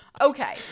Okay